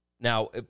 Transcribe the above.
Now